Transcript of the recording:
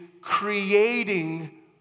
creating